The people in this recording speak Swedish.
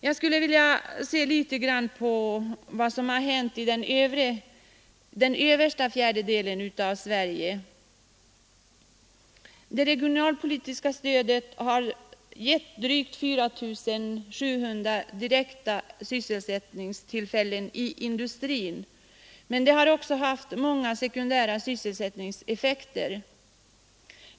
Om jag ser på vad som hänt inom den översta fjärdedelen av Sverige, så har det regionalpolitiska stödet där gett drygt 4 700 nya sysselsättningstillfällen i industrin. Men det har också haft många sekundära sysselsättningseffekter.